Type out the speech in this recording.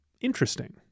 interesting